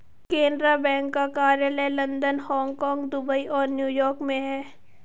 Canara bank का कार्यालय London Hong Kong Dubai और न्यू यॉर्क में है